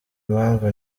mpamvu